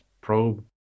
probe